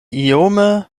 iome